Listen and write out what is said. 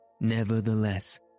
Nevertheless